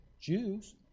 Jews